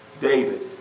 David